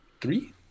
three